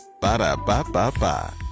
Ba-da-ba-ba-ba